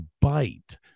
bite